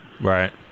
Right